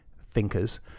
thinkers